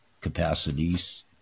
capacities